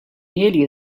nearly